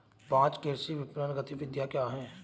पाँच कृषि विपणन गतिविधियाँ क्या हैं?